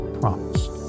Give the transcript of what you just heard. promised